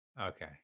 Okay